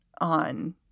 on